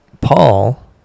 Paul